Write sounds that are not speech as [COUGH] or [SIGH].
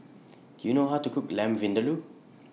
[NOISE] Do YOU know How to Cook Lamb Vindaloo